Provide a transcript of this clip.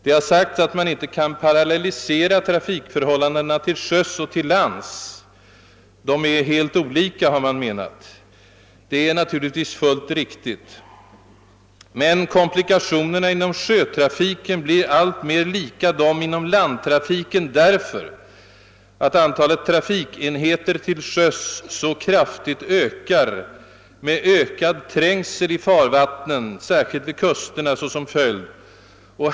Det har sagts att man inte kan dra paralleller mellan trafikförhållandena till sjöss och till lands; de är alltför olika. Detta är naturligtvis helt riktigt. Men komplikationerna inom sjötrafiken blir alltmer av samma slag som inom landtrafiken, därför att antalet trafikenheter till sjöss ökar så kraftigt, med allt större trängsel i farvattnen, särskilt vid kusterna, som följd.